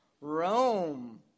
Rome